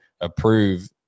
approve